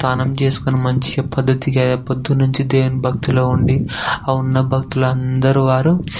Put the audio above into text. స్నానం చేసుకుని మంచిగా పద్ధతిగా పొద్దున నుంచి దేవుని భక్తిలో ఉండి ఆ ఉన్న భక్తిలో అందరు వారు